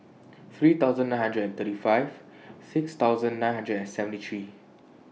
three thousand nine hundred and thirty five six thousand nine hundred and seventy three